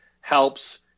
helps